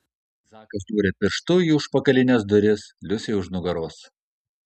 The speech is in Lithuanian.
zakas dūrė pirštu į užpakalines duris liusei už nugaros